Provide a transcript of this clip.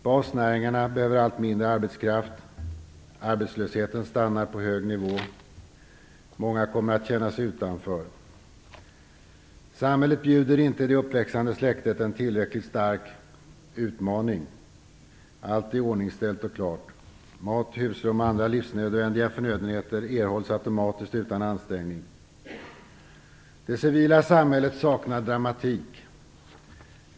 Basnäringarna behöver allt mindre arbetskraft, arbetslösheten stannar på hög nivå, många kommer att känna sig utanför. Samhället bjuder inte det uppväxande släktet en tillräckligt stark utmaning. Allt är iordningställt och klart. Mat, husrum och andra livsnödvändiga förnödenheter erhålls automatiskt utan ansträngning. Det civila samhället saknar dramatik.